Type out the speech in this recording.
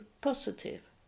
positive